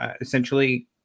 essentially